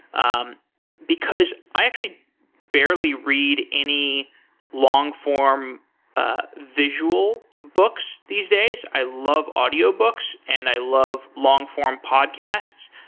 um because i actually barely read any long-form ah visual books these days. i love audio books and i love long-form podcasts.